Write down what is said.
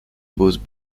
was